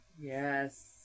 Yes